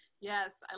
Yes